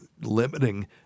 limiting